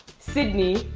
sydney,